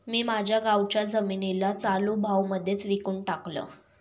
मी माझ्या गावाच्या जमिनीला चालू भावा मध्येच विकून टाकलं